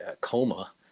coma